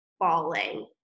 Falling